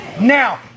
Now